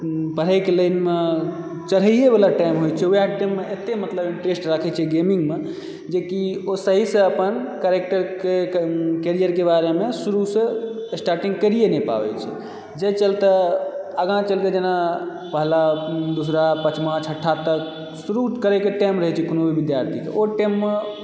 पढ़एके लाइनमे चढ़इए वाला टाइम होइ छै ओएह टाइममे एते मतलब इंटरेस्ट राखै छै गेमिङ्गमे जेकि ओ सहीसँ अपन कैरेक्टरके करियरके बारेमे शुरूसँ स्टार्टिंग करिए नहि पाबैत छै जाहि चलते आगाँ चलि कऽ जेना पहला दूसरा पांँचमा छठमा तक शुरू करए के टाइम रहै छै ओहि विद्यार्थीके ओहि टाइममे